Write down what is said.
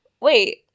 wait